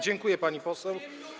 Dziękuję, pani poseł.